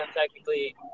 technically